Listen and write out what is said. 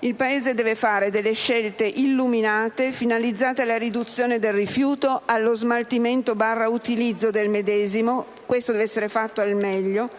Il Paese deve fare delle scelte illuminate, finalizzate alla riduzione del rifiuto, allo smaltimento/utilizzo del medesimo e questo deve essere fatto al meglio,